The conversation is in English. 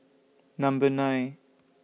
Number nine